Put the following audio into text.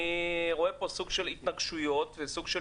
אני רואה פה סוג של התנגשויות וסוג של